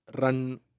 run